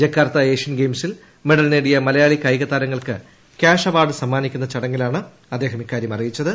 Jakarta Asian ഗെയിംസിൽ medal Malayali മലയാളി കായിക താരങ്ങൾക്ക് ക്യാഷ് അവാർഡ് സമ്മാനിക്കുന്ന ചടങ്ങിലാണ് അദ്ദേഹം ഇക്കാര്യം അറിയിച്ചത്